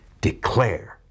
Declare